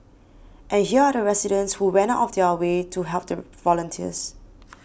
and here are the residents who went out of their way to help the volunteers